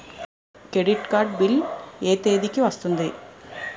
Credit card bill ఎ తేదీ కి వస్తుంది?